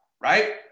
right